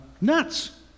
nuts